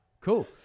Cool